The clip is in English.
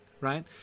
right